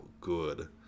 good